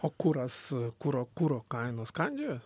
o kuras kuro kuro kainos kandžiojos